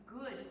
good